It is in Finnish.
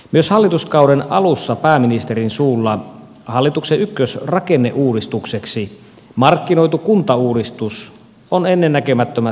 myös hallituskauden alussa pääministerin suulla hallituksen ykkösrakenneuudistukseksi markkinoitu kuntauudistus on ennennäkemättömässä solmussa